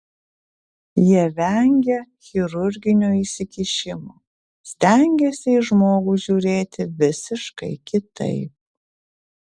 jie vengia chirurginio įsikišimo stengiasi į žmogų žiūrėti visiškai kitaip